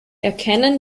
erkennen